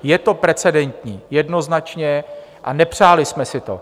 Je to precedentní jednoznačně a nepřáli jsme si to.